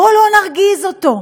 בואו לא נרגיז אותו.